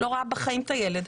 לא ראה בחיים את הילד,